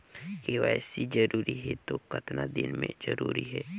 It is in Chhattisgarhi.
के.वाई.सी जरूरी हे तो कतना दिन मे जरूरी है?